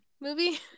movie